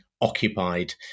occupied